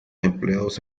empleados